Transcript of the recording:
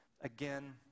again